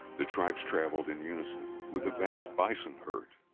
the tribes traveled in unison with vast bison herds.